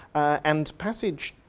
and passage